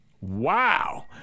Wow